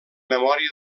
memòria